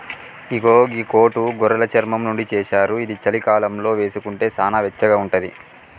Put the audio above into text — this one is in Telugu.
ఇగో గీ కోటు గొర్రెలు చర్మం నుండి చేశారు ఇది చలికాలంలో వేసుకుంటే సానా వెచ్చగా ఉంటది